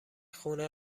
خونه